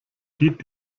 geht